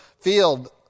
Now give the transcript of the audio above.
field